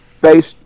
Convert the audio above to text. based